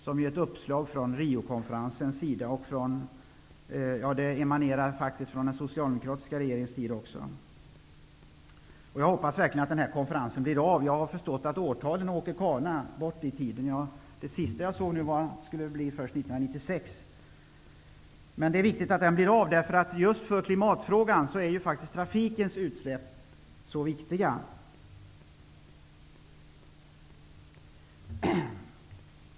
Det är ett uppslag från Riokonferensens sida -- och även emanerar från den tidigare socialdemokratiska regeringen. Jag hoppas verkligen att denna konferens blir av. Jag har förstått att årtalen åker kana framåt i tiden. Det senaste jag har fått höra är att den skall bli av först 1996. Det är viktigt att konferensen blir av. Just i fråga om klimatet är utsläppen från trafiken ett viktigt inslag i diskussionen.